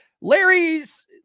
Larry's